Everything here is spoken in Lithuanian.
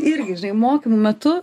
irgi žinai mokymų metu